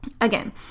again